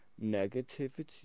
Negativity